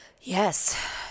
Yes